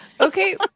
Okay